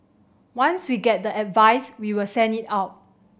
once we get the advice we will send it out